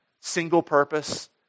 single-purpose